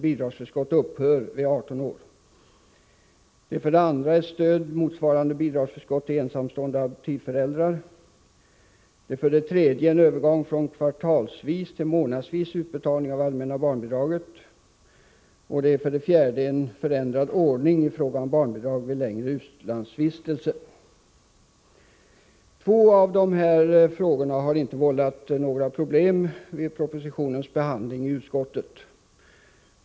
Vi har haft fyra saker att behandla med anledning av propositionen: Två av de här frågorna har inte vållat några problem vid propositionens behandling i utskottet.